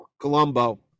Colombo